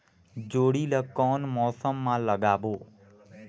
जोणी ला कोन मौसम मा लगाबो?